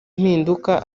mpinduka